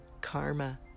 karma